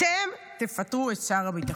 אתם תפטרו את שר הביטחון.